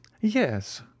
Yes